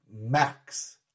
Max